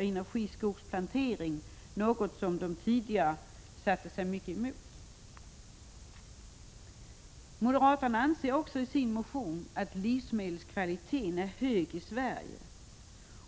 energiskogsplantering, något som de tidigare satte sig emot. Moderaterna anser i sin motion också att livsmedelskvaliteten i Sverige är hög